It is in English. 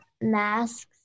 masks